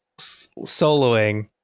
soloing